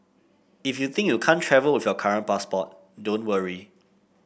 if you think you can't travel with your current passport don't worry